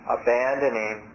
abandoning